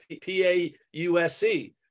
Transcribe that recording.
P-A-U-S-E